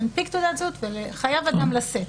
להנפיק תעודת זהות, וחייב אדם לשאת.